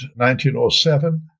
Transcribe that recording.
1907